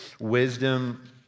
wisdom